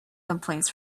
complaints